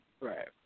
Right